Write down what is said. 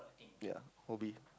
ya hobby